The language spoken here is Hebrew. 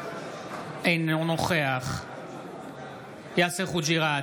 אינו נוכח יאסר חוג'יראת,